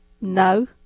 no